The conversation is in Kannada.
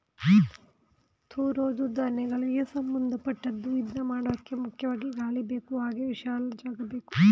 ತೂರೋದೂ ಧಾನ್ಯಗಳಿಗೆ ಸಂಭಂದಪಟ್ಟದ್ದು ಇದ್ನಮಾಡೋಕೆ ಮುಖ್ಯವಾಗಿ ಗಾಳಿಬೇಕು ಹಾಗೆ ವಿಶಾಲ ಜಾಗಬೇಕು